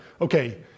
okay